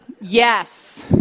Yes